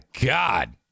God